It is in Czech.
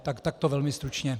Tak takto velmi stručně.